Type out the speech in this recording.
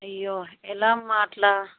అయ్యో ఎలా అమ్మ అట్లా